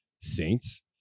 Saints